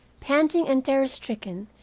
panting and terror-stricken,